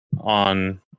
on